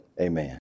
amen